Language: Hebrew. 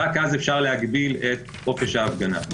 רק אז אפשר להגביל את חופש ההפגנה.